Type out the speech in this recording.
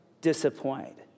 disappoint